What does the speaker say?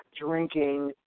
drinking